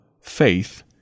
faith